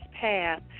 path